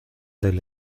del